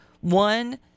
One